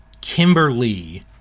Kimberly